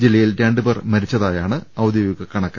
ജില്ലയിൽ രണ്ട് പേർ മരിച്ചതായാണ് ഔദ്യോഗിക കണക്ക്